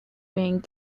being